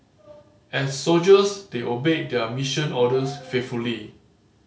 as soldiers they obeyed their mission orders faithfully